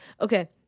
Okay